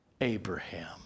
Abraham